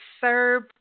serve